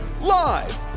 Live